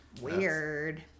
Weird